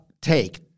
take